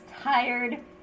tired